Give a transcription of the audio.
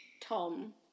Tom